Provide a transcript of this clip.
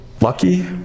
lucky